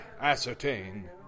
ascertain